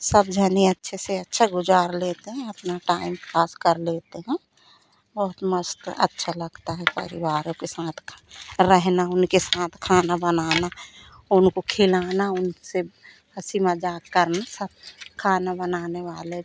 सब जने अच्छे से अच्छा गुज़ार लेते हैं अपना टाइम पास कर लेते हैं बहुत मस्त अच्छा लगता है परिवारों के साथ रहना उनके साथ खाना बनाना उनको खिलाना उनसे हँसी मज़ाक करना सब खाना बनाने वाले